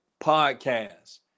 podcast